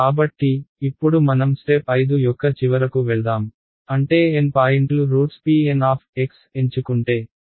కాబట్టి ఇప్పుడు మనం స్టెప్ 5 యొక్క చివరకు వెళ్దాం అంటే N పాయింట్లు రూట్స్ pN ఎంచుకుంటే